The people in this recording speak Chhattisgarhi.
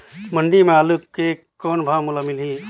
मंडी म आलू के कौन भाव मोल मिलही?